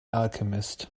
alchemist